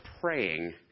praying